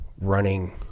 running